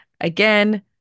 Again